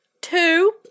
two